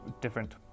different